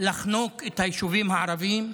לחנוק את היישובים הערביים,